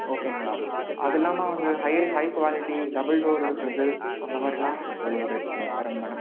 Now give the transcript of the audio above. ஓகேங்க மேடம் அது இல்லாம வந்து high high quality double door fridge அந்தமாதிரிலாம் எவ்வளோ ரேட்டு வருங்க மேடம்